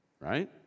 Right